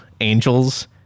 angels